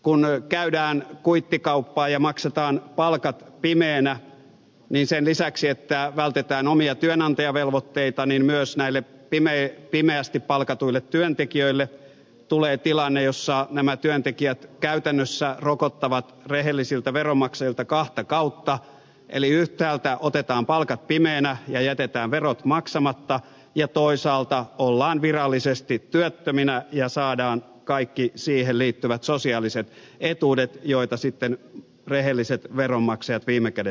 kun käydään kuittikauppaa ja maksetaan palkat pi meänä niin sen lisäksi että vältetään omia työnantajavelvoitteita myös näille pimeästi palkatuille työntekijöille tulee tilanne jossa nämä työntekijät käytännössä rokottavat rehellisiltä veronmaksajilta kahta kautta eli yhtäältä otetaan palkat pimeänä ja jätetään verot maksamatta ja toisaalta ollaan virallisesti työttöminä ja saadaan kaikki siihen liittyvät sosiaaliset etuudet joita sitten rehelliset veronmaksajat viime kädessä maksavat